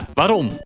waarom